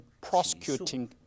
prosecuting